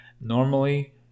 Normally